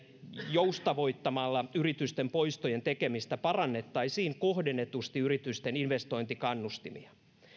joustavoittamalla yritysten poistojen tekemistä parannettaisiin kohdennetusti yritysten investointikannustimia